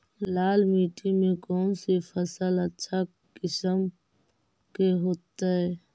लाल मिट्टी में कौन से फसल अच्छा किस्म के होतै?